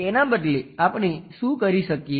તેના બદલે આપણે શું કરી શકીએ